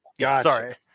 Sorry